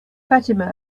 fatima